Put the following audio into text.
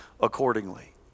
accordingly